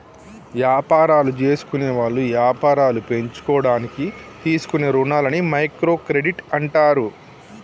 యాపారాలు జేసుకునేవాళ్ళు యాపారాలు పెంచుకోడానికి తీసుకునే రుణాలని మైక్రో క్రెడిట్ అంటారు